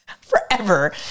forever